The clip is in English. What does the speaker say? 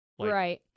Right